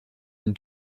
une